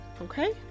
okay